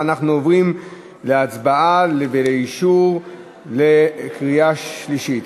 ואנחנו עוברים להצבעה ולאישור בקריאה שלישית.